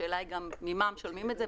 השאלה ממה משלמים את זה.